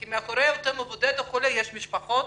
כי מאחורי אותו מבודד או חולה יש משפחות